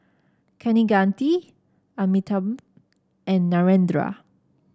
Kaneganti Amitabh and Narendra